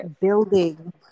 building